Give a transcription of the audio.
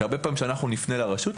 הרבה פעמים כשאנחנו נפנה לרשות,